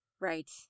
Right